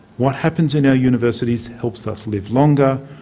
what happens in our universities helps us live longer,